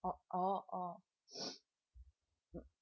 oh oh oh mm